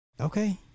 Okay